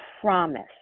promise